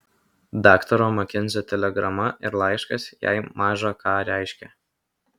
daktaro makenzio telegrama ir laiškas jai maža ką reiškė